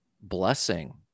blessing